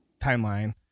timeline